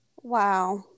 Wow